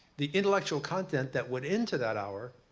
the intellectual content that went into that hour,